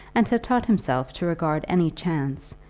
and had taught himself to regard any chance,